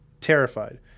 terrified